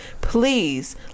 Please